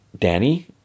Danny